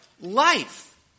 Life